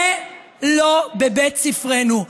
זה לא בבית ספרנו,